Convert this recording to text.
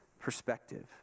perspective